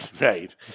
right